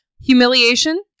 Humiliation